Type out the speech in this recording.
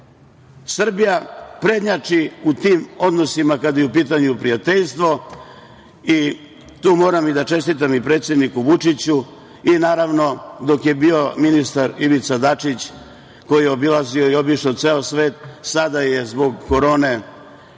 prednjači u tim odnosima kada je u pitanju prijateljstvo i tu moram da čestitam predsedniku Vučiću i dok je bio ministar Ivica Dačić, koji je obilazio i obišao ceo svet. Sada je zbog korone